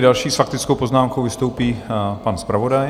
Další s faktickou poznámkou vystoupí pan zpravodaj.